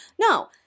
No